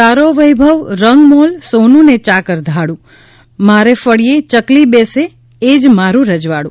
તારો વૈભવ રંગમોલ સોનું ને ચાકર ધાડું મારે ફળીએ ચકલી બેસે તે મારું રજવાડું